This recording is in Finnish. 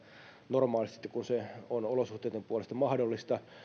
normaalisti sitten kun se on olosuhteitten puolesta mahdollista